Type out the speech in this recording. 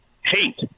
hate